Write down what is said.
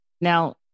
Now